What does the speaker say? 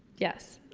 yes.